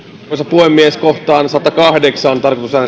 puhemies kohtaan satakahdeksan